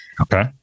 Okay